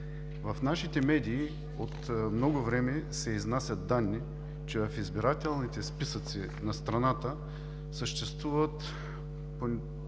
В нашите медии от много време се изнасят данни, че в избирателните списъци на страната съществуват